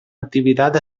activitat